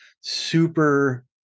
super